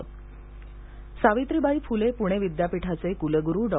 नाशिक सवित्रीबाई फुले पुणे विद्यापीठाचे कुलगुरु डॉ